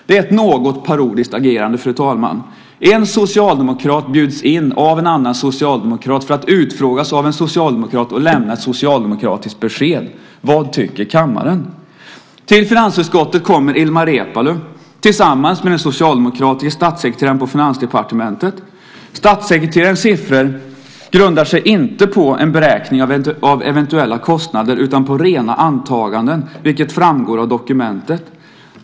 Det är ett något parodiskt agerande, fru talman. En socialdemokrat bjuds in av en annan socialdemokrat för att utfrågas av en socialdemokrat och lämna ett socialdemokratiskt besked. Vad tycker kammaren? Till finansutskottet kommer Ilmar Reepalu tillsammans med den socialdemokratiske statssekreteraren på Finansdepartementet. Statssekreterarens siffror grundar sig inte på en beräkning av eventuella kostnader utan på rena antaganden, vilket framgår av dokumentet.